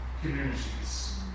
communities